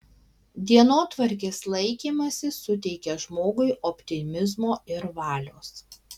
dienotvarkės laikymasis suteikia žmogui optimizmo ir valios